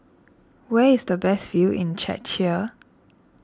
where is the best view in Czechia